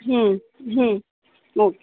ಹ್ಞೂ ಹ್ಞೂ ಓಕೆ